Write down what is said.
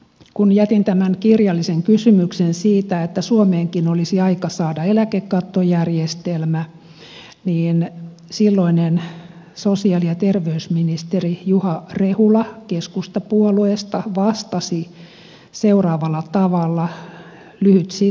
kun jätin tämän kirjallisen kysymyksen siitä että suomeenkin olisi aika saada eläkekattojärjestelmä niin silloinen sosiaali ja terveysministeri juha rehula keskustapuolueesta vastasi seuraavalla tavalla lyhyt sitaatti